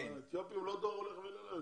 האתיופים לא דור הולך ונעלם.